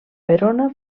verona